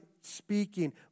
speaking